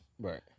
right